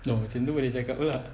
oh macam tu boleh cakap apa ah